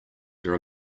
there